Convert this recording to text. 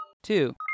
Two